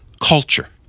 culture